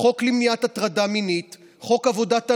חוק למניעת הטרדה מינית, חוק עבודת הנוער,